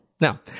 Now